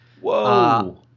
Whoa